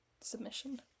submission